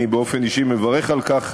אני באופן אישי מברך על כך,